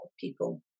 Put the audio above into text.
people